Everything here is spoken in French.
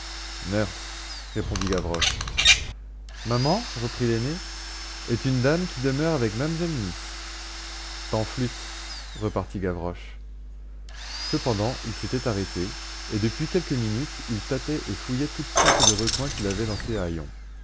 neurs répondit gavroche maman reprit l'aîné est une dame qui demeure avec mamselle miss tanflûte repartit gavroche cependant il s'était arrêté et depuis quelques minutes il tâtait et fouillait toutes sortes de recoins qu'il avait dans ses